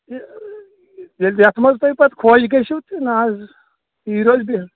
ییٚلہِ یتھ منٛز تُہۍ پتہٕ خۄش گٔژھِو نہَ حظ تی روزِ